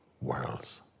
worlds